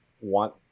want